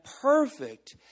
perfect